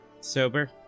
Sober